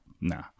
Nah